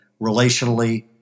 relationally